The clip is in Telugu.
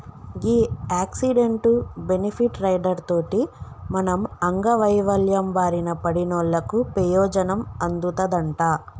గీ యాక్సిడెంటు, బెనిఫిట్ రైడర్ తోటి మనం అంగవైవల్యం బారిన పడినోళ్ళకు పెయోజనం అందుతదంట